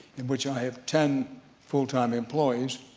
in which i have ten full time employees,